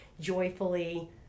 joyfully